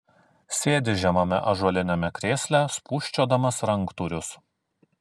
sėdi žemame ąžuoliniame krėsle spūsčiodamas ranktūrius